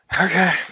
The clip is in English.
okay